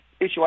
issue